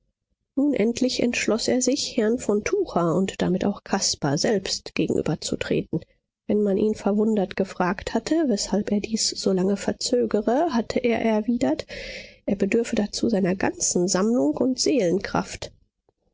nun endlich entschloß er sich herrn von tucher und damit auch caspar selbst gegenüberzutreten wenn man ihn verwundert gefragt hatte weshalb er dies so lang verzögere hatte er erwidert er bedürfe dazu seiner ganzen sammlung und seelenkraft